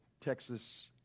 Texas